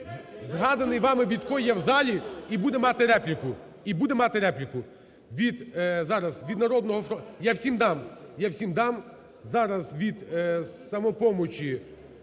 згаданий вами Вітко є в залі і буде мати репліку. І буде мати репліку. Від, зараз, від "Народного фронту"… Я всім дам, я всім дам. Зараз від "Самопомочі"